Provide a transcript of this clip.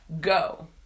go